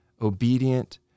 obedient